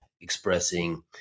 expressing